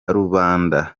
rubanda